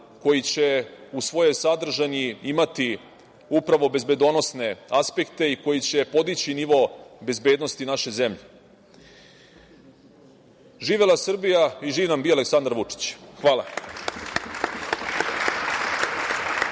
koji će u svom sadržaju imati upravo bezbednosne aspektne i koji će podići nivo bezbednosti naše zemlje. Živela Srbija i živ nam bio Aleksandar Vučić. Hvala.